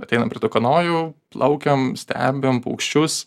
ateinam prie tų kanojų plaukiam stebim paukščius